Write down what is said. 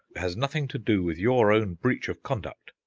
has nothing to do with your own breech of conduct.